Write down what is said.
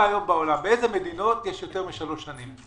אין מדינה בעולם בחקיקה מעל שלוש שנים.